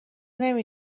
نمی